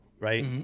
right